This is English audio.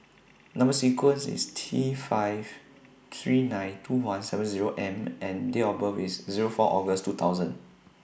Number sequence IS T five three nine two one seven Zero M and Date of birth IS Zero four August two thousand